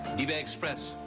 ebay express,